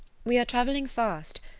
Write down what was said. we are travelling fast,